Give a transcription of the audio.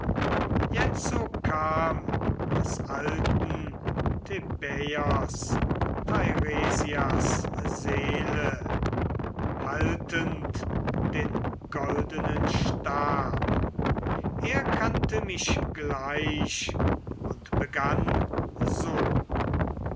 jetzo kam des alten thebaiers teiresias seele haltend den goldenen stab er kannte mich gleich und begann so